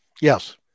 Yes